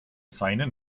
seinen